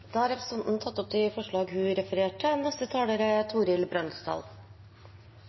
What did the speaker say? tatt opp de forslagene hun refererte til.